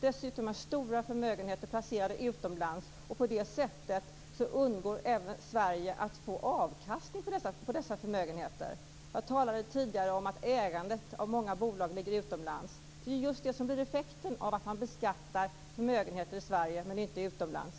Dessutom är stora förmögenheter placerade utomlands, och på det sättet undgår Sverige att få avkastning på dessa förmögenheter. Jag talade tidigare om att ägandet av många bolag ligger utomlands. Det är just det som blir effekten av att man beskattar förmögenheter i Sverige men inte utomlands.